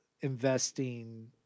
investing